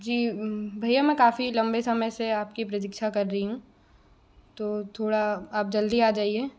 जी भैया मैं काफ़ी लंबे समय से आपकी प्रतीक्षा कर रही हूँ तो थोड़ा आप जल्दी आ जाइए